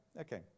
Okay